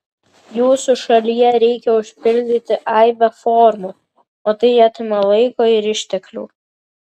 jūsų šalyje reikia užpildyti aibę formų o tai atima laiko ir išteklių